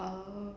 err